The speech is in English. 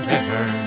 River